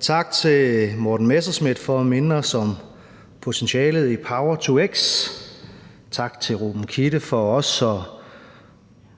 Tak til Morten Messerschmidt for at minde os om potentialet i power-to-x. Tak til Ruben Kidde for også at